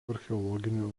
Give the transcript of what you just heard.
archeologinių